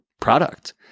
product